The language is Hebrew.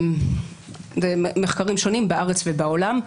זה ממחקרים שונים בארץ ובעולם.